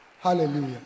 Hallelujah